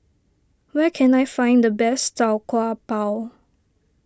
where can I find the best Tau Kwa Pau